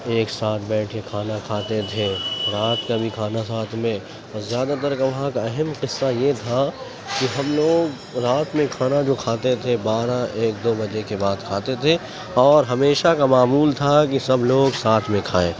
ایک ساتھ بیٹھے کھانا کھاتے تھے رات کا بھی کھانا ساتھ میں زیادہ تر کا وہاں کا اہم قصہ یہ تھا کہ ہم لوگ رات میں کھانا جو کھاتے تھے بارہ ایک دو بجے کے بعد کھاتے تھے اور ہمیشہ کا معمول تھا کہ سب لوگ ساتھ میں کھائیں